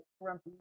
grumpy